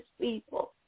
people